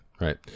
right